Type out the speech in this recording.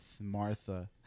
Martha